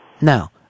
Now